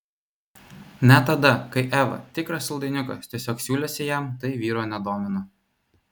net tada kai eva tikras saldainiukas tiesiog siūlėsi jam tai vyro nedomino